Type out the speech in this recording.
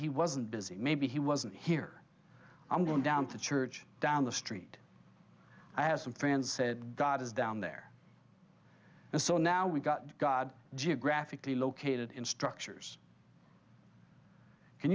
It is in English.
he wasn't busy maybe he wasn't here i'm going down to church down the street i have some friends said god is down there and so now we've got god geographically located in structures can